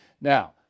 Now